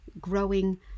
growing